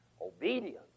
obedience